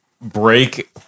break